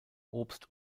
obst